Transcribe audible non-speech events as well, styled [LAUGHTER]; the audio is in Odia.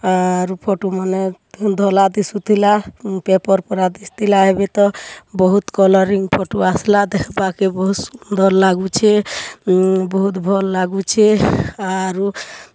ଆରୁ ଫୋଟୁମାନେ [UNINTELLIGIBLE] ଧଲା ଦିସୁଥିଲା ପେପର୍ ପୁରା ଥିସୁଥିଲା ଏବେ ତ ବହୁତ୍ କଲରିଂ ଫଟୋ ଆସଲା ଦେଖବାକେ ବହୁତ୍ ସୁନ୍ଦର୍ ଲାଗୁଛେ ବହୁତ୍ ଭଲ୍ ଲାଗୁଛେ ଆରୁ